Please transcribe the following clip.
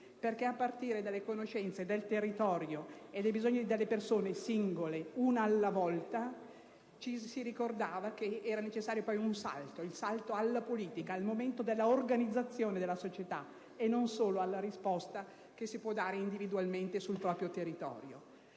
perchè a partire dalle conoscenze del territorio e dai bisogni delle singole persone, una alla volta, ci si ricordava che era necessario far fare un salto alla politica, al momento dell'organizzazione della società, e non rimanere solo alla risposta che si può dare individualmente sul proprio territorio.